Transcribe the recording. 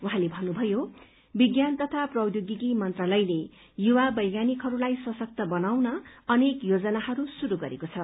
उहाँले भन्नुभयो विज्ञान तथा प्रौद्यगिकी मन्त्रालयले युवा वैज्ञानिकहरूलाई सशक्त बनाउन अनेक योजनाहरू शुरू गरेको छ